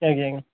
ଆଜ୍ଞା ଆଜ୍ଞା